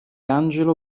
angelo